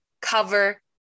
cover